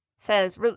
says